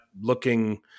looking